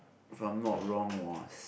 if i'm not wrong was